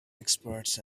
experts